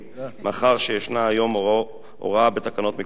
מאחר שישנה היום הוראה בתקנות מכוח החוק,